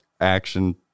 action